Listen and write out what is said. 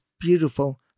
beautiful